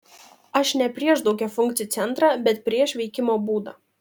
aš ne prieš daugiafunkcį centrą bet prieš veikimo būdą